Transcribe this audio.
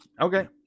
okay